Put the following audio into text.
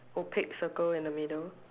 opaque circle in the middle